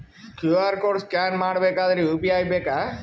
QR code scan ಮಾಡಬೇಕಾದರೆ UPI ಬೇಕಾ?